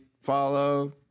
follow